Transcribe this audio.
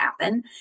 happen